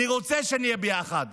אני רוצה שנהיה ביחד,